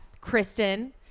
Kristen